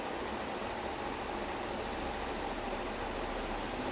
oh yes ah I mean I'm not finished it but I've watch the first few seasons